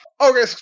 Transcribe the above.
okay